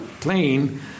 plane